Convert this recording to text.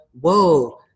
whoa